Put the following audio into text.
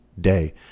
day